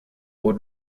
would